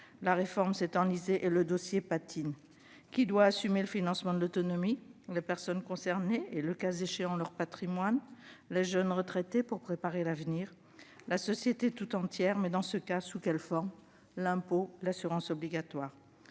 la réforme s'est enlisée et le dossier patine. Qui doit assumer le financement de l'autonomie ? Les personnes concernées et, le cas échéant, leur patrimoine ? Les jeunes retraités pour préparer l'avenir ? La société dans son ensemble, mais, dans ce cas, sous quelle forme : l'impôt, l'assurance obligatoire ?